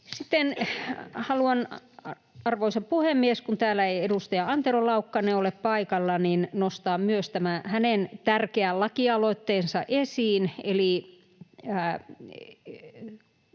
Sitten haluan, arvoisa puhemies, kun täällä ei edustaja Antero Laukkanen ole paikalla, nostaa esiin myös tämän hänen tärkeän lakialoitteensa eli